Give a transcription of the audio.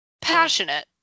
Passionate